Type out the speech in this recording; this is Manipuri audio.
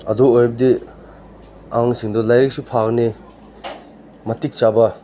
ꯑꯗꯨ ꯑꯣꯏꯔꯕꯗꯤ ꯑꯉꯥꯡꯁꯤꯡꯗꯨ ꯂꯥꯏꯔꯤꯛꯁꯨ ꯐꯒꯅꯤ ꯃꯇꯤꯛ ꯆꯥꯕ